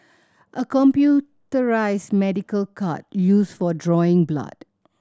a computerised medical cart used for drawing blood